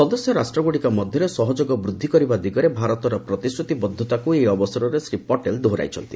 ସଦସ୍ୟ ରାଷ୍ଟ୍ରଗୁଡ଼ିକ ମଧ୍ୟରେ ସହଯୋଗ ବୃଦ୍ଧି କରିବା ଦିଗରେ ଭାରତର ପ୍ରତିଶ୍ରତିବଦ୍ଧତାକୁ ଏହି ଅବସରରେ ଶ୍ରୀ ପଟେଲ ଦୋହରାଇଛନ୍ତି